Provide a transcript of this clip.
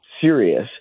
serious